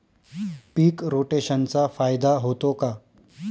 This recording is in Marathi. पीक रोटेशनचा फायदा होतो का?